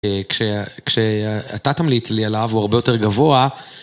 כשאתה תמליץ לי עליו, הוא הרבה יותר גבוה.